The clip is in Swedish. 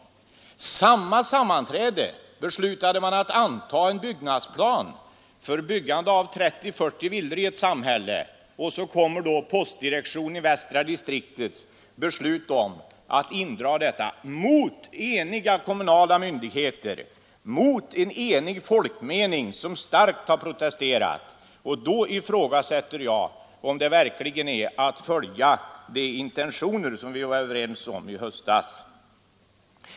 Vid samma sammanträde beslutade man att anta en byggnadsplan för byggande av 30-40 villor i ett samhälle, och så kom då postdirektionens i Västra distriktet beslut om att indra dessa poststationer — mot en enig folkmening och mot eniga kommunala myndigheter, som starkt har protesterat. Jag ifrågasätter om detta verkligen är att följa de intentioner som vi var överens om i höstas.